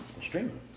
streaming